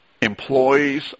employees